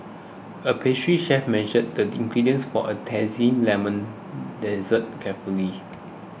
a pastry chef measured the ingredients for a Zesty Lemon Dessert carefully